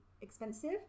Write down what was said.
expensive